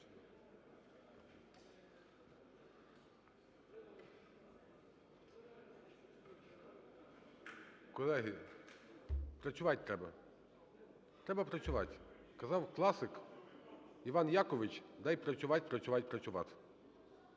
Колеги, працювать треба. Треба працювать. Казав класик Іван Якович: "Працювать, працювать, працювать".